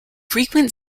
frequent